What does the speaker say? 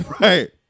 Right